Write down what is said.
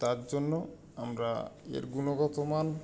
তার জন্য আমরা এর গুণগত মান